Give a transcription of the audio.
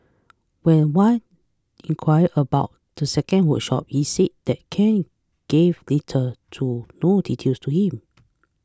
when Wan inquired about the second workshop he said that Ken gave little to no details to him